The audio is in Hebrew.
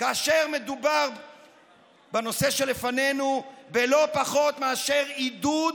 כאשר מדובר בנושא שלפנינו בלא פחות מאשר עידוד,